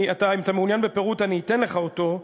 אם אתה מעוניין בפירוט, אני אתן לך אותו.